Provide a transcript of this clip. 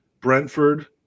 Brentford